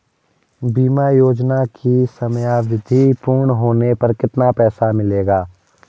बीमा योजना की समयावधि पूर्ण होने पर कितना पैसा मिलेगा?